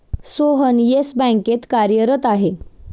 Sohan Yes बँकेत कार्यरत आहे